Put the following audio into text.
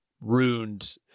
ruined